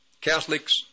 Catholics